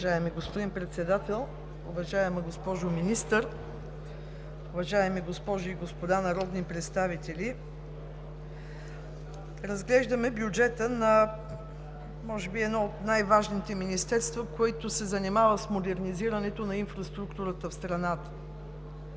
Уважаеми господин Председател, уважаема госпожо Министър, уважаеми госпожи и господа народни представители! Разглеждаме бюджета на може би едно от най-важните министерства, които се занимават с модернизирането на инфраструктурата в страната.